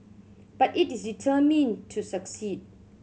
but it is determined to succeed